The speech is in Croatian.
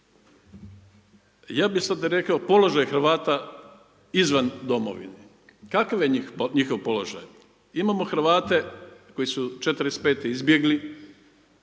Ja bih sada rekao položaj Hrvata izvan domovine. Kakav je njihov položaj? Imamo Hrvate koji su 45. izbjegli,